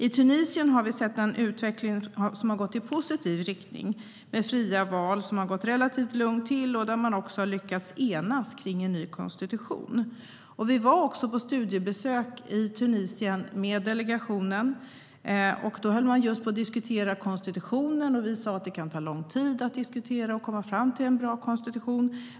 I Tunisien har vi sett en utveckling som har gått i positiv riktning, med fria val som har gått relativt lugnt till, och man har också lyckats enas kring en ny konstitution. Vi var på studiebesök i Tunisien med delegationen. Då höll man just på att diskutera konstitutionen. Vi sa att det kan ta lång tid att diskutera och komma fram till en bra konstitution.